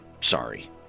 Sorry